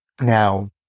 now